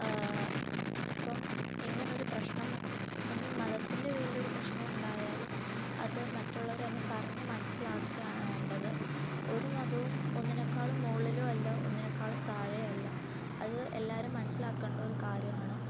അപ്പം ഇങ്ങനെയൊരു പ്രശ്നം അതായത് മതത്തിൻ്റെ പേരിലൊരു പ്രശ്നം ഉണ്ടായാലും അത് മറ്റുള്ളവർ തമ്മിൽ പറഞ്ഞു മനസ്സിലാക്കുകയാണ് വേണ്ടത് ഒരു മതവും ഒന്നിനേക്കാളും മോളിലോ അല്ല ഒന്നിനേക്കാളും താഴെയും അല്ല അത് എല്ലാവരും മനസിലാക്കേണ്ട ഒരു കാര്യമാണ്